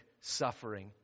suffering